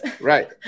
Right